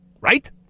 right